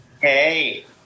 Hey